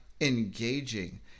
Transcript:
engaging